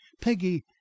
peggy